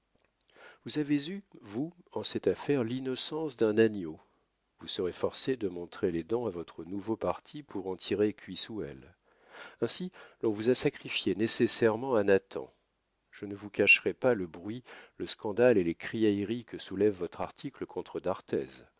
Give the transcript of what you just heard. vous avez eu vous en cette affaire l'innocence d'un agneau vous serez forcé de montrer les dents à votre nouveau parti pour en tirer cuisse ou aile ainsi l'on vous a sacrifié nécessairement à nathan je ne vous cacherai pas le bruit le scandale et les criailleries que soulève votre article contre d'arthez